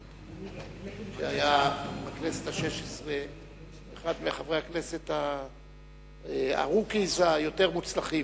שהיה בכנסת השש-עשרה היה אחד מחברי הכנסת היותר- מוצלחים,